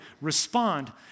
Respond